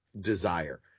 desire